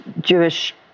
Jewish